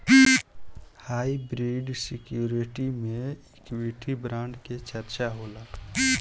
hybrid security में equity bond के चर्चा होला